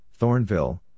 Thornville